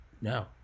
No